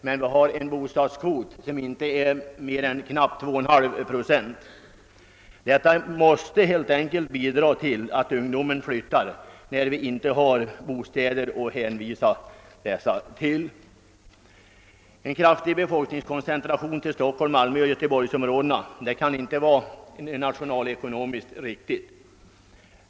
men vår bostadskvot utgör knappt 2,5 procent. Det förhållandet att vi inte kan ge ungdomen bostäder bidrar till att den flyttar. En kraftig befolkningskoncentration till Stockholms-, Göteborgsoch Malmöområdena kan inte vara nationalekonomiskt riktig.